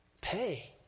Pay